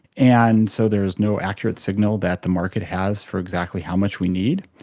and so there is no accurate signal that the market has for exactly how much we need.